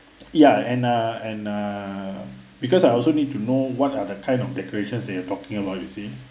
ya and err and err because I also need to know what are the kind of decorations that you're talking about you see